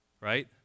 right